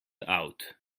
out